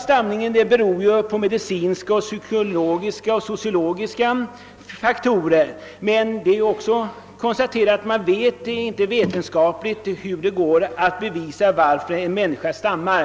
Stamningen beror ju på medicinska, psykologiska och sociologiska faktorer, men vetenskapligt vet man inte varför en människa stammar.